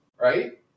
right